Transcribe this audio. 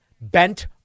bent